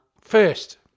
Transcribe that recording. first